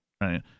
right